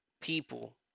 people